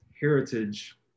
heritage